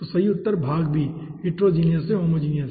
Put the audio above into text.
तो सही उत्तर है भाग b हिटेरोजीनियस से होमोजीनियस